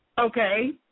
Okay